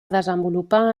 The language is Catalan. desenvolupar